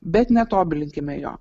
bet netobulinkime jo